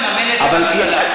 מממן את הממשלה.